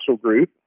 group